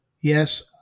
yes